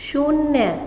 शून्य